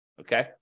okay